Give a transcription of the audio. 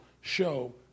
show